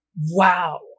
wow